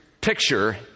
picture